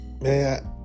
Man